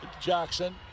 Jackson